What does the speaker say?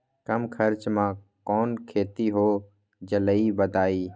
कम खर्च म कौन खेती हो जलई बताई?